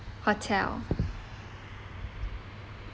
hotel